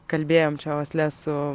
kalbėjom čia osle su